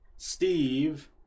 Steve